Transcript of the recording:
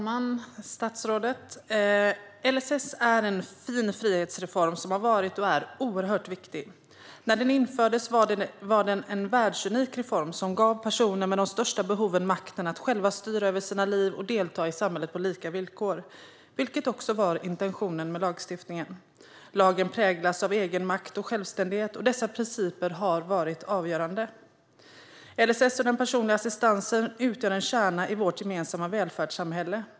Fru talman! LSS är en fin frihetsreform som har varit och är oerhört viktig. När den infördes var den en världsunik reform som gav personer med de största behoven makten att själva styra över sina liv och delta i samhället på lika villkor, vilket också var intentionen med lagstiftningen. Lagen präglas av egenmakt och självständighet, och dessa principer har varit avgörande. LSS och den personliga assistansen utgör en kärna i vårt gemensamma välfärdssamhälle.